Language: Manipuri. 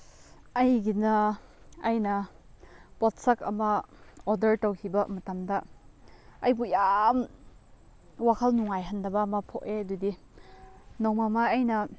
ꯑꯩꯒꯤꯅ ꯑꯩꯅ ꯄꯣꯠꯁꯛ ꯑꯃ ꯑꯣꯗꯔ ꯇꯧꯈꯤꯕ ꯃꯇꯝꯗ ꯑꯩꯕꯨ ꯌꯥꯝ ꯋꯥꯈꯜ ꯅꯨꯡꯉꯥꯏꯍꯟꯗꯕ ꯑꯃ ꯄꯣꯛꯑꯦ ꯑꯗꯨꯗꯤ ꯅꯣꯡꯃ ꯑꯃ ꯑꯩꯅ